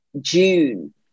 June